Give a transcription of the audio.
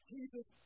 Jesus